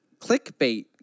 clickbait